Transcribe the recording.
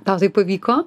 tau tai pavyko